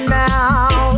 now